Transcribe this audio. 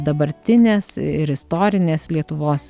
dabartinės ir istorinės lietuvos